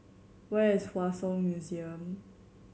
where is Hua Song Museum